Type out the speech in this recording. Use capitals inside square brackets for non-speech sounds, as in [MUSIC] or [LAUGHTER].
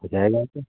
[UNINTELLIGIBLE] लाते